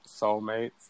soulmates